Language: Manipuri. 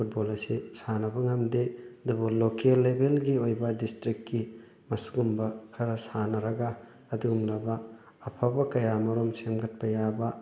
ꯐꯨꯠꯕꯣꯜ ꯑꯁꯤ ꯁꯥꯟꯅꯕ ꯉꯝꯗꯦ ꯑꯗꯨꯕꯨ ꯂꯣꯀꯦꯜ ꯂꯦꯚꯦꯜꯒꯤ ꯑꯣꯏꯕ ꯗꯤꯁꯇ꯭ꯔꯤꯛꯀꯤ ꯃꯁꯤꯒꯨꯝꯕ ꯈꯔ ꯁꯥꯟꯅꯔꯒ ꯑꯗꯨꯒꯨꯝꯂꯕ ꯑꯐꯕ ꯀꯌꯥ ꯃꯔꯨꯝ ꯁꯦꯝꯒꯠꯄ ꯌꯥꯕ